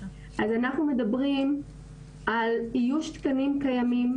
אנחנו מדברים על איוש תקנים קיימים,